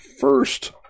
first